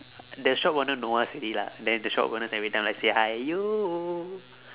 the shop owner know us already lah then the shop owners every time like say !haiyo!